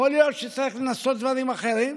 יכול להיות שצריך לנסות דברים אחרים.